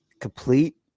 complete